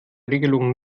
regelungen